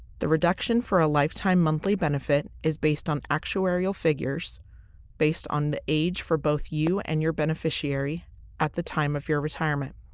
the reduction for a lifetime monthly benefit is based on actuarial figures based on the age for both you and your beneficiary at the time of your retirement.